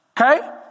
Okay